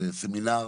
סמינר